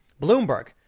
Bloomberg